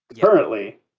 currently